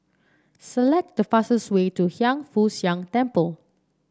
select the fastest way to Hiang Foo Siang Temple